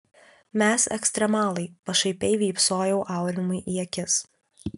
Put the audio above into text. mes ekstremalai pašaipiai vypsojau aurimui į akis